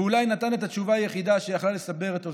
ואולי נתן את התשובה היחידה שיכלה לסבר את אוזנן.